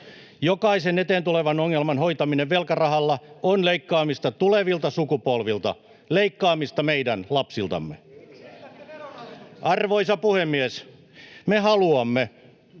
Jokaisen eteen tulevan ongelman hoitaminen velkarahalla on leikkaamista tulevilta sukupolvilta, leikkaamista meidän lapsiltamme. [Jussi Saramo: